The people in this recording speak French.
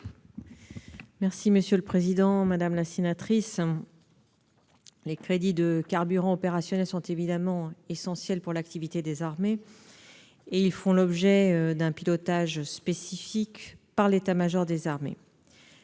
Quel est l'avis du Gouvernement ? Les crédits de carburant opérationnels sont évidemment essentiels pour l'activité des armées et ils font l'objet d'un pilotage spécifique par l'état-major des armées.